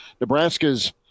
Nebraska's